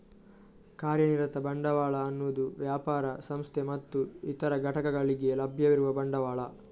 ಕಾರ್ಯನಿರತ ಬಂಡವಾಳ ಅನ್ನುದು ವ್ಯಾಪಾರ, ಸಂಸ್ಥೆ ಮತ್ತೆ ಇತರ ಘಟಕಗಳಿಗೆ ಲಭ್ಯವಿರುವ ಬಂಡವಾಳ